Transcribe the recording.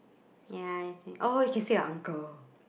ya I think oh you can say your uncle